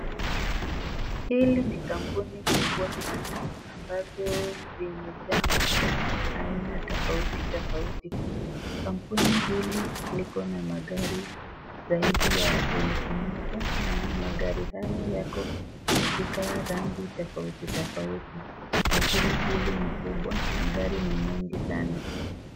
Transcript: Hili ni kampuni kubwa sana ambazo zimejaa magari aina tofauti tofauti , kampuni hili likona magari zaidi ya elfu moja na magari haya yako katika rangi tofauti tofauti , kampuni hili ni kubwa magari ni mingi sana.